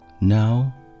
now